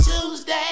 Tuesday